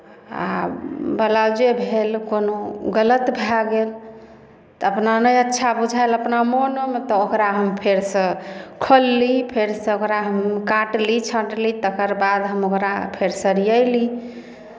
आ ब्लाउजे भेल कोनो गलत भए गेल तऽ अपना नहि अच्छा बुझायल अपना मोनोमे तऽ ओकरा हम फेरसँ खोलली फेरसँ ओकरा हम काटली छाँटली तकर बाद हम ओकरा फेर सरयएली